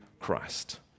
Christ